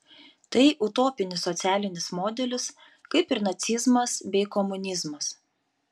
tai utopinis socialinis modelis kaip ir nacizmas bei komunizmas